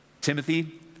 Timothy